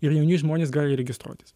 ir jauni žmonės gali registruotis